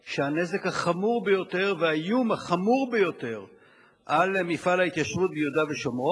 שהנזק החמור ביותר והאיום החמור יותר על מפעל התיישבות ביהודה ושומרון